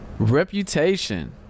reputation